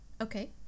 Okay